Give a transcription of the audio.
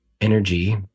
energy